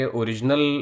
original